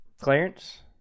Clarence